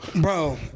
Bro